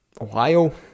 Ohio